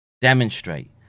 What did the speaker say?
Demonstrate